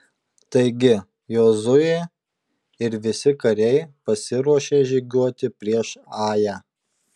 taigi jozuė ir visi kariai pasiruošė žygiuoti prieš ają